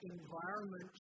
environment